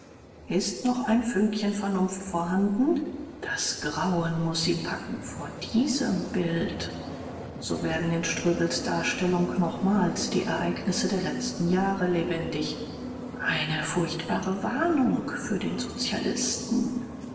ist noch ein fünkchen vernunft vorhanden das grauen muß sie packen vor diesem bild so werden in ströbels darstellung nochmals die ereignisse der letzten jahre lebendig eine furchtbare warnung für den sozialisten